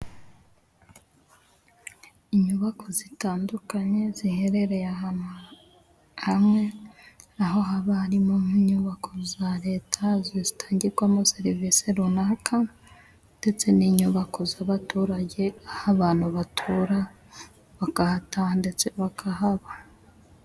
Inyubako zitandukanye ziherereye ahantu hamwe, haba harimo inyubako za leta zigiye zitangirwamo serivisi runaka, ndetse n'inyubako z'abaturage, aho abantu batura, bakahataha ndetse bakahaba.